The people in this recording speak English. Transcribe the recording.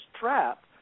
trap